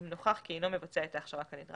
אם נוכח כי אינו מבצע את ההכשרה כנדרש,